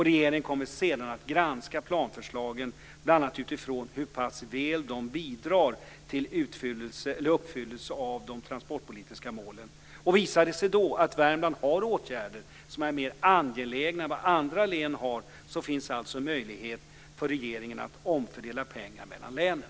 Regeringen kommer senare att granska planförslagen bl.a. utifrån hur pass väl de bidrar till uppfyllelse av de transportpolitiska målen. Visar det sig då att Värmland har åtgärder som är mer angelägna än vad andra län har så finns möjlighet för regeringen att omfördela pengar mellan länen.